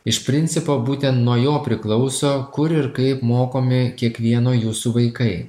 iš principo būtent nuo jo priklauso kur ir kaip mokomi kiekvieno jūsų vaikai